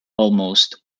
almost